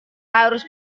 harus